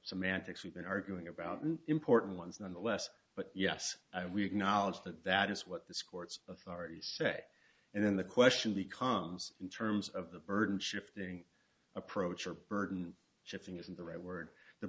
semantics we've been arguing about an important ones nonetheless but yes we acknowledge that that is what this court's authorities say and then the question becomes in terms of the burden shifting approach or burden shifting isn't the right word the